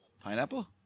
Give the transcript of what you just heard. Pineapple